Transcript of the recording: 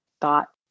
thought